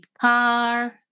car